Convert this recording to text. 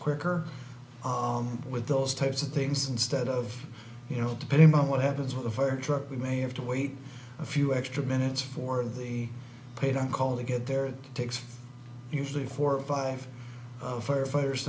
quicker with those types of things instead of you know depending on what happens with the fire truck we may have to wait a few extra minutes for the paid on call they get there it takes usually four or five firefighters